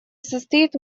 состоит